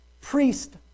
priest